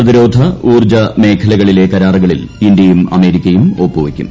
പ്രതിരോധ ഊർജ മേഖലകളിലെ കരാറുകളിൽ ഇന്ത്യയും അമേരിക്കയും ഒപ്പുവയ്ക്കും